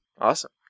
Awesome